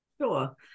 Sure